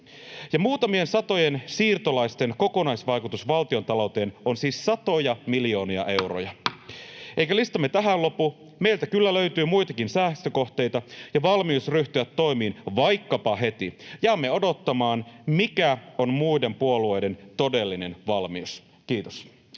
Ja muutamien satojen siirtolaisten kokonaisvaikutus valtiontalouteen on siis satoja miljoonia euroja. Eikä listamme tähän lopu. Meiltä kyllä löytyy muitakin säästökohteita ja valmius ryhtyä toimiin vaikkapa heti. Jäämme odottamaan, mikä on muiden puolueiden todellinen valmius. — Kiitos.